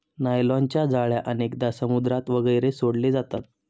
नायलॉनच्या जाळ्या अनेकदा समुद्रात वगैरे सोडले जातात